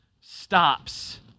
stops